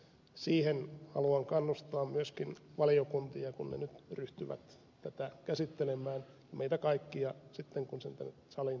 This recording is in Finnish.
siihen haluan kannustaa myöskin valiokuntia kun ne nyt ryhtyvät tätä käsittelemään ja meitä kaikkia sitten kun se saliin takaisin saapuu